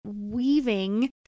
weaving